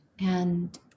And-